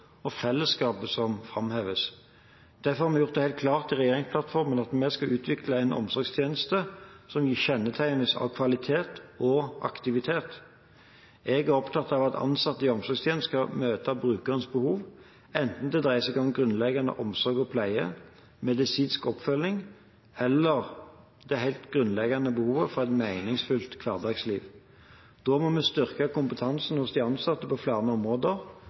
og fellesskap som framheves. Derfor har vi gjort det helt klart i regjeringsplattformen at vi skal utvikle en omsorgstjeneste som kjennetegnes av kvalitet og aktivitet. Jeg er opptatt av at ansatte i omsorgstjenestene skal møte brukernes behov, enten det dreier seg om grunnleggende omsorg og pleie, medisinsk oppfølging eller det helt grunnleggende behovet for et meningsfylt hverdagsliv. Da må vi styrke kompetansen hos de ansatte på flere områder,